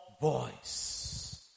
voice